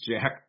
Jack